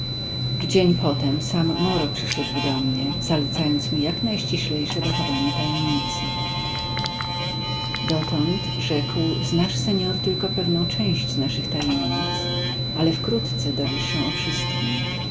w dzień potem sam moro przyszedł do mnie zalecając mi jak najściślejsze dochowanie tajemnicy dotąd rzekł znasz seor tylko pewną część naszych tajemnic ale wkrótce dowiesz się o wszystkiem